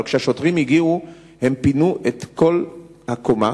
אבל כשהשוטרים הגיעו הם פינו את כל הקומה,